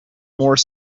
more